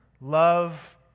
Love